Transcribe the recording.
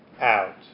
out